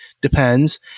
Depends